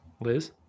Liz